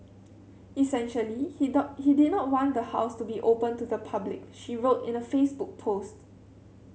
essentially he dot he did not want the house to be open to the public she wrote in a Facebook post